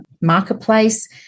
Marketplace